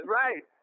right